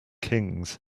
kings